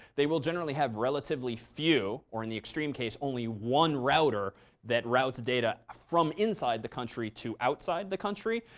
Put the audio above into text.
they will generally have relatively few or in the extreme case, only one router that routes data from inside the country to outside the country.